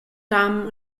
damen